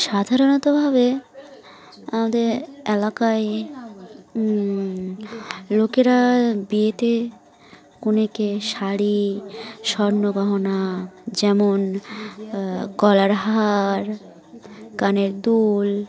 সাধারণতভাবে আমাদের এলাকায় লোকেরা বিয়েতে কনেকে শাড়ি স্বর্ণ গহনা যেমন গলার হার কানের দুল